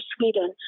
Sweden